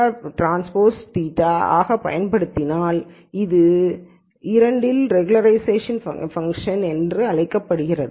இந்த ஃபங்ஷனை θTθ ஆகப் பயன்படுத்தினால் இப்போது இது எல் 2 வகை ரெகுலராய்சேஷன் என அழைக்கப்படுகிறது